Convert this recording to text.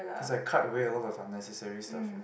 cause I cut away a lot of unnecessary stuff